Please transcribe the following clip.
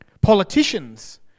Politicians